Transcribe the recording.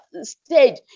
stage